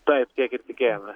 taip tiek ir tikėjomės